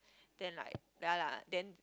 then like ya lah then